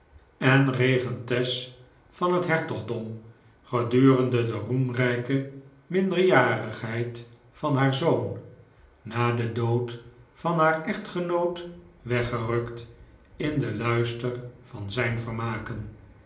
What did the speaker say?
en regentes van het hertogdom gedurende de roemrijke minderjarigheid van haar zoon na den dood van haar echtgenoot weggerukt in den luister van zijn vermaken